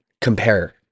compare